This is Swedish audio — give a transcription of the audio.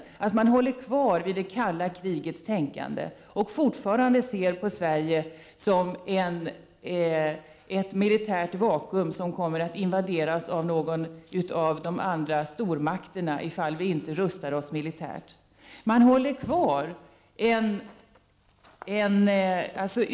Man är kvar i det kalla krigets tänkande. Fortfarande ser man på Sverige som ett militärt vakuum, som kommer att invaderas av någon av stormakterna om vi inte rustar oss militärt.